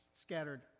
scattered